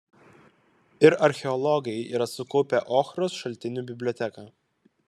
ir archeologai yra sukaupę ochros šaltinių biblioteką